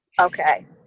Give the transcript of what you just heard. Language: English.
Okay